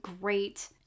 great